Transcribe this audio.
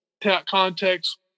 context